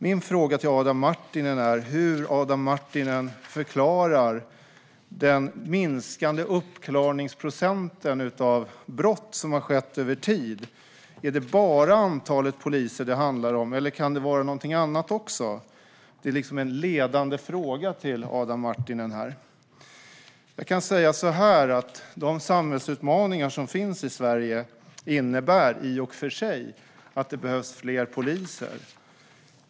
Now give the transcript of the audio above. Min fråga till Adam Marttinen är hur han förklarar den minskande brottsuppklaringsprocenten över tid. Är det bara antalet poliser det handlar om, eller kan det vara någonting annat också? Det är liksom en ledande fråga till Adam Marttinen. Jag kan säga så här: De samhällsutmaningar som finns i Sverige innebär i och för sig att det behövs fler poliser.